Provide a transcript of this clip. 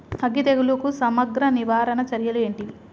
అగ్గి తెగులుకు సమగ్ర నివారణ చర్యలు ఏంటివి?